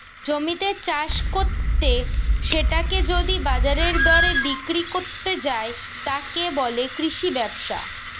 জমিতে চাষ কত্তে সেটাকে যদি বাজারের দরে বিক্রি কত্তে যায়, তাকে বলে কৃষি ব্যবসা